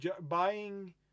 buying